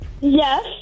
Yes